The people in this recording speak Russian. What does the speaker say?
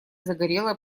загорелая